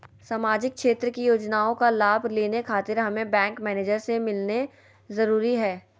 सामाजिक क्षेत्र की योजनाओं का लाभ लेने खातिर हमें बैंक मैनेजर से मिलना जरूरी है?